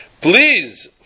Please